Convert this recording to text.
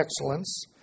excellence